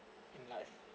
in life